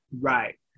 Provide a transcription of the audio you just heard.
Right